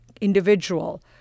individual